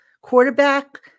quarterback